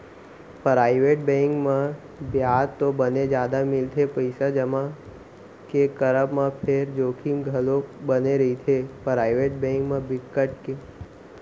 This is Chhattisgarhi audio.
पराइवेट बेंक म बियाज तो बने जादा मिलथे पइसा जमा के करब म फेर जोखिम घलोक बने रहिथे, पराइवेट बेंक म बिकट के